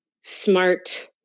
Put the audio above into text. smart